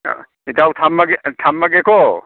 ꯑꯥ ꯏꯇꯥꯎ ꯊꯝꯃꯒꯦꯀꯣ